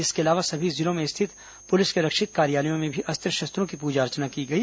इसके अलावा सभी जिलों में स्थित पुलिस के रक्षित कार्यालयों में भी अस्त्र शस्त्रों की पूजा अर्चना की गई